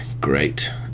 great